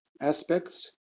aspects